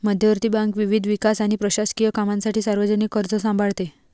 मध्यवर्ती बँक विविध विकास आणि प्रशासकीय कामांसाठी सार्वजनिक कर्ज सांभाळते